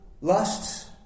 lusts